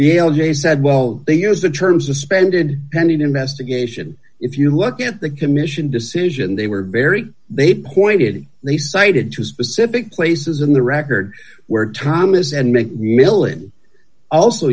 j said well they use the term suspended pending investigation if you look at the commission decision they were very they pointed they cited two specific places in the record where thomas and make milligan also